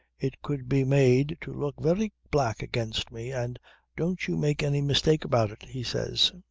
it could be made to look very black against me and don't you make any mistake about it, he says.